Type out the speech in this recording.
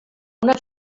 una